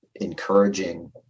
encouraging